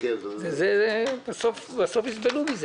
בסוף יסבלו מזה.